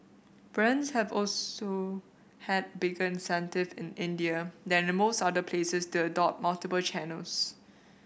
brands have also had bigger incentive in India than in most other places to adopt multiple channels